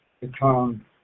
become